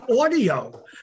audio